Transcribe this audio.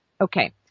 Okay